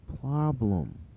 problem